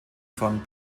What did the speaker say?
von